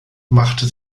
machte